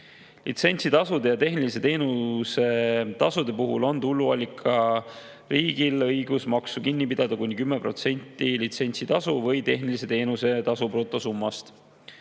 Litsentsitasude ja tehnilise teenuse tasude puhul on tuluallikariigil õigus maksu kinni pidada kuni 10% litsentsitasu või tehnilise teenuse tasu brutosummast.